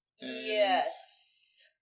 Yes